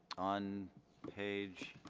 on page